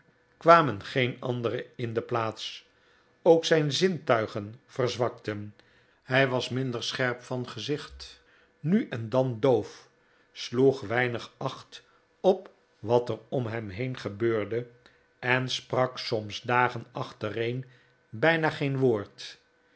kwamen geen andere in de plaats ook zijn zintuigen verzwakten hij was minder scherp van gezicht nu en dan doof sloeg weinig acht op wat er om hem heen gebeurde en sprak soms dagen achtereen bijna geen woord